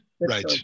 Right